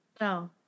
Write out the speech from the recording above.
No